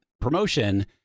promotion